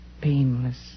painless